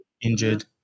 injured